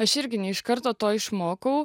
aš irgi ne iš karto to išmokau